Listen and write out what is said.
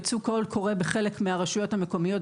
יצא קול קורא בחלק מן הרשויות המקומיות,